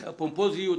אוטיזם.